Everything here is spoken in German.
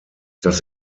das